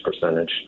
percentage